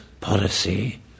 policy